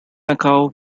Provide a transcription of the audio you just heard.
manchu